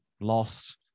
lost